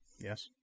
Yes